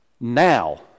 Now